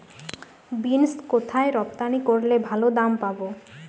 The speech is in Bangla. বিন্স কোথায় রপ্তানি করলে ভালো দাম পাব?